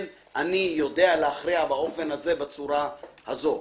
כן, אני יודע להכריע בצורה הזו.